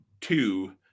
two